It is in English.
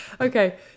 okay